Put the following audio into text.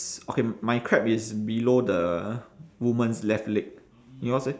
okay my crab is below the woman's left leg yours eh